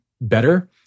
better